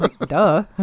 Duh